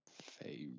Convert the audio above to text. favorite